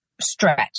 stretch